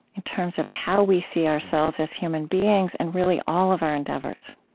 in terms of how we see ourselves as human beings and really all of our endeavors